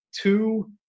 two